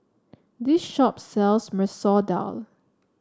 this shop sells Masoor Dal